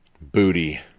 booty